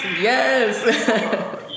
yes